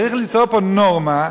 צריך ליצור פה נורמה,